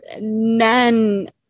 men